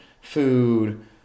food